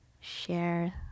share